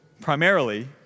primarily